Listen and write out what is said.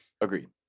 agreed